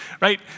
right